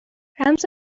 رمز